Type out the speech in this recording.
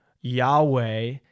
Yahweh